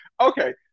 Okay